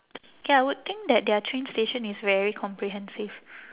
ya I would think that their train station is very comprehensive